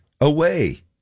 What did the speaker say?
away